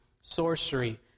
sorcery